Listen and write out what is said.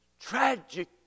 tragic